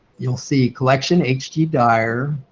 you'll see collection ht dyar.